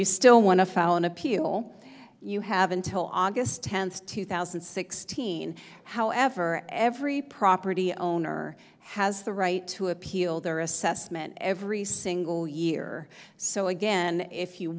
you still want to file an appeal you have until august tenth two thousand and sixteen however every property owner has the right to appeal their assessment every single year so again if you